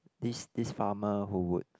this this farmer who would